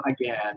again